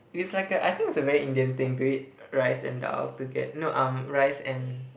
is like a I think it's a very Indian thing to eat rice and dahl toget~ no um rice and